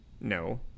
No